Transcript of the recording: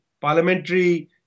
parliamentary